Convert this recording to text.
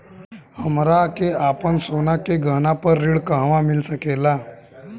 हमरा के आपन सोना के गहना पर ऋण कहवा मिल सकेला?